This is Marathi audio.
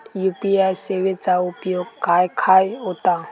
यू.पी.आय सेवेचा उपयोग खाय खाय होता?